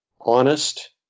honest